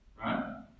right